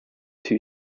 two